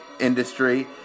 industry